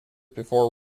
before